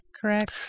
correct